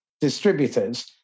distributors